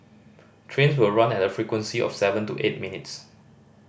trains will run at a frequency of seven to eight minutes